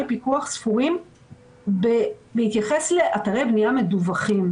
פיקוח ספורים בהתייחס לאתרי בנייה מדווחים.